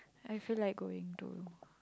I feel like going to